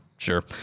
Sure